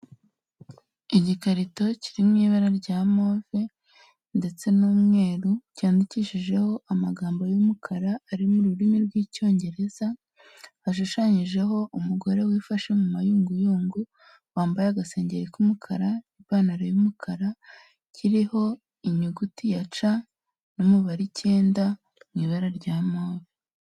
Igikarito kiri mu ibara rya move ndetse n'umweru, cyandikishijeho amagambo y'umukara ari mu rurimi rw'icyongereza, hashushanyijeho umugore wifashe mu mayunguyungu, wambaye agasengeri k'umukara n'ipantaro y'umukara, kiriho inyuguti ya ca n'umubare icyenda mu ibara rya move.